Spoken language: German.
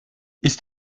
ist